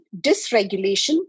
dysregulation